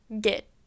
get